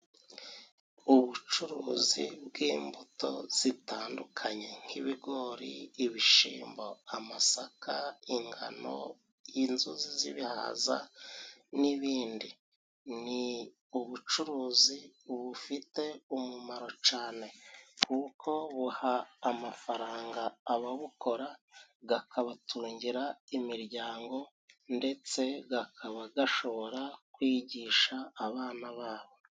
Ubucuruzi bw'imbuto zitandukanye nk'ibigori ibishimbo amasaka ingano n'inzuzi z'ibihaza n'ibindi ni ubucuruzi bufite umumaro cane kuko buha amafaranga ababukora gakabatungira imiryango ndetse gakaba gashobora kwigisha abana babo.